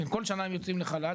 כל שנה הם יוצאים לחל"ת,